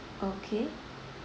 okay